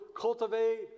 cultivate